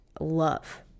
love